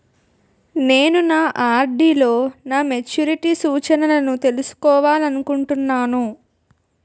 నేను నా ఆర్.డి లో నా మెచ్యూరిటీ సూచనలను తెలుసుకోవాలనుకుంటున్నాను